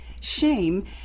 shame